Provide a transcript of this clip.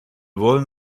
wollen